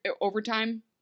overtime